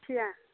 ठीक ऐ